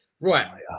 Right